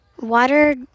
water